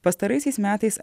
pastaraisiais metais